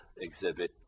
exhibit